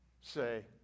say